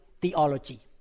theology